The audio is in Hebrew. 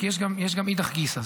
כי יש גם אידך גיסא,